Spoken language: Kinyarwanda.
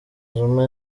zuma